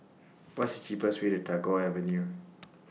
What IS The cheapest Way to Tagore Avenue